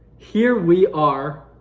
here we are,